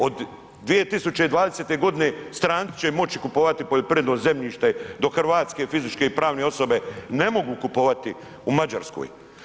Od 2020. godine stranci će moći kupovati poljoprivredno zemljište dok hrvatske fizičke i pravne osobe ne mogu kupovati u Mađarskoj.